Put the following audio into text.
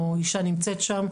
או אישה נמצאת שם,